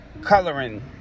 coloring